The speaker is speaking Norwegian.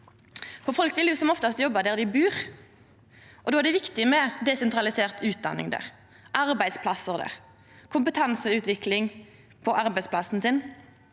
Folk vil som oftast jobba der dei bur, og då er det viktig med desentralisert utdanning, arbeidsplassar og kompetanseutvikling på arbeidsplassen,